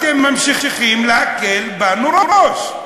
אתם ממשיכים להקל בנו ראש.